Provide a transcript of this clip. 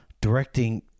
directing